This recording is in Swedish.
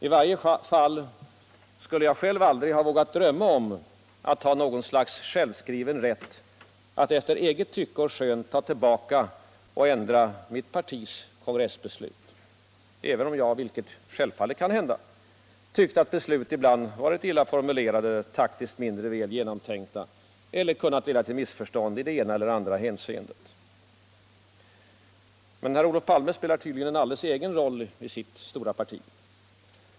I varje fall skulle jag själv aldrig ha vågat drömma om att ha något slags självskriven rätt att efter eget tycke och skön ta tillbaka och ändra mitt eget partis kongressbeslut. Även om jag — vilket självfallet kan hända — tyckt att beslut ibland varit illa formulerade, taktiskt mindre väl genomtänkta eller kunnat leda till missförstånd i det ena eller det andra hänseendet. Herr Olof Palme spelar tydligen en alldeles egen roll inom sitt parti.